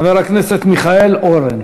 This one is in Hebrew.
חבר הכנסת מיכאל אורן.